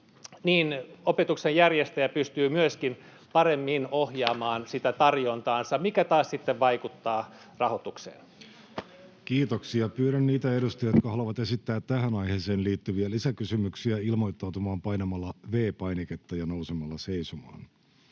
niin opetuksen järjestäjä pystyy myöskin paremmin ohjaamaan sitä tarjontaansa, mikä taas sitten vaikuttaa rahoitukseen. Kiitoksia. — Pyydän niitä edustajia, jotka haluavat esittää tähän aiheeseen liittyviä lisäkysymyksiä, ilmoittautumaan painamalla V-painiketta ja nousemalla seisomaan.